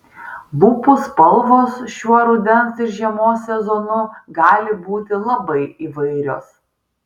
lūpų spalvos šiuo rudens ir žiemos sezonu gali būti labai įvairios